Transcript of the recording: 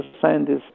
scientists